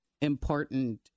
important